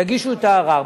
יגישו את הערר.